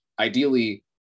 ideally